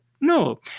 No